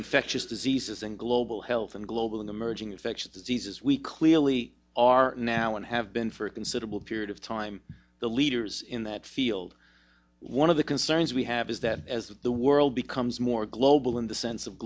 infectious diseases and global health and global emerging infectious diseases we clearly are now and have been for a considerable period of time the leaders in that field one of the concerns we have is that as the world becomes more global in the sense of